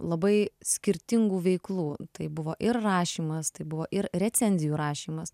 labai skirtingų veiklų tai buvo ir rašymas tai buvo ir recenzijų rašymas